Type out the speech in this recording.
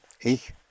Ich